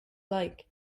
like